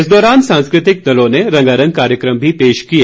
इस दौरान सांस्कृतिक दलों ने रंगारंग कार्यक्रम भी पेश किए